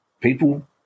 people